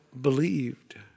believed